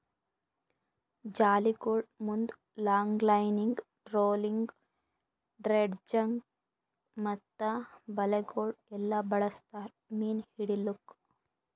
ಜಾಲಿಗೊಳ್ ಮುಂದ್ longlining, trolling, dredging ಮತ್ತ ಬಲೆಗೊಳ್ ಎಲ್ಲಾ ಬಳಸ್ತಾರ್ ಮೀನು ಹಿಡಿಲುಕ್